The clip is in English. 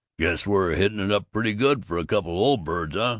guess we're hitting it up pretty good for a couple o' old birds,